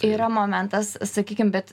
yra momentas sakykim bet